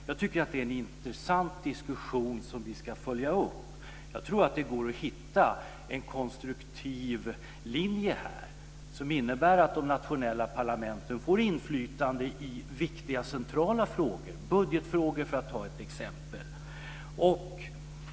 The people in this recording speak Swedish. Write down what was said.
Jag tycker att det är en intressant diskussion som vi ska följa upp. Jag tror att det går att hitta en konstruktiv linje i detta sammanhang som innebär att de nationella parlamenten får inflytande i viktiga centrala frågor, t.ex. budgetfrågor.